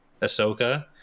Ahsoka